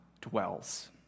dwells